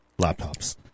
laptops